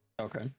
Okay